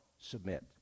submit